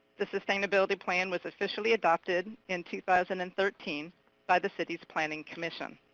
the sustainability plan was officially adopted in two thousand and thirteen by the city's planning commission.